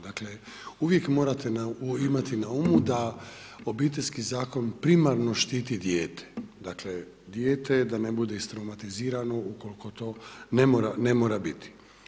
Dakle, uvijek morate imati na umu da Obiteljski zakon primarno štiti dijete, dakle, dijete da ne bude istraumatizirano ukoliko to ne mora biti.